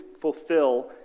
fulfill